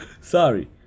Sorry